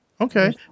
Okay